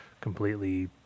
completely